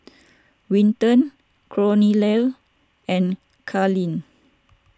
Winton Cornelia and Carli